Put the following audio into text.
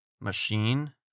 machine